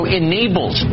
enables